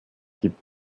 gibt